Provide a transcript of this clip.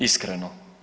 Iskreno.